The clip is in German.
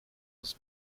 aus